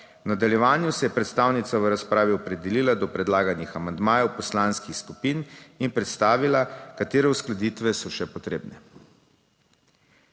V nadaljevanju se je predstavnica v razpravi opredelila do predlaganih amandmajev poslanskih skupin in predstavila katere uskladitve so še potrebne.